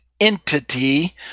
entity